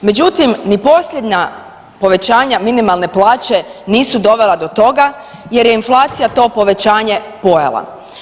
Međutim, ni posljednja povećanja minimalne plaće nisu dovela do toga jer je inflacija to povećanje pojela.